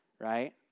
right